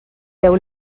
deu